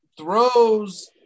throws